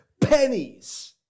pennies